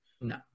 No